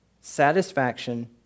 satisfaction